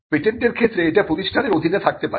পেটেন্টের ক্ষেত্রে এটি প্রতিষ্ঠানের অধিনে থাকতে পারে